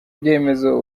ibyemezo